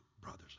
brothers